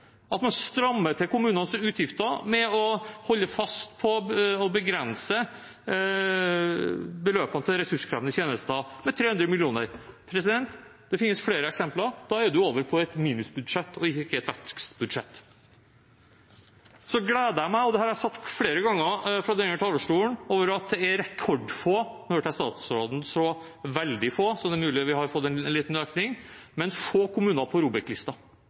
at man strammer til kommunenes utgifter med å holde fast på å begrense beløpene til ressurskrevende tjenester med 300 mill. kr. Det finnes flere eksempler. Da er man over på et minusbudsjett, ikke et vekstbudsjett. Jeg gleder meg, og det har jeg sagt flere ganger fra denne talerstolen, over at det er rekordfå – nå hørte jeg statsråden sa veldig få, så det er mulig vi har fått en liten økning – kommuner på ROBEK-listen. Det er bra, for det betyr at flere kommuner har kontroll på